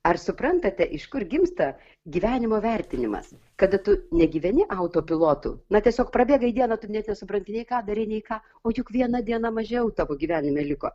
ar suprantate iš kur gimsta gyvenimo vertinimas kada tu negyveni autopilotu na tiesiog prabėga diena tu net nesupranti nei ką darei nei ką o juk viena diena mažiau tavo gyvenime liko